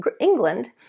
England